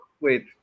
Wait